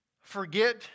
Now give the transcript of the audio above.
forget